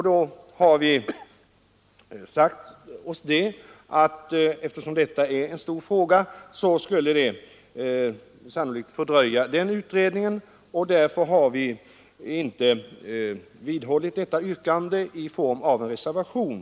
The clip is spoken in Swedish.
Då har vi sagt oss att eftersom detta med de psykosociala arbetsmiljöerna är en stor fråga skulle behandlingen av den fördröja utredningen, och därför har vi inte vidhållit motionsyrkandet i form av en reservation.